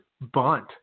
bunt